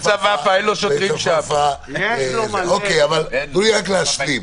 תנו לי להשלים.